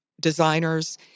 designers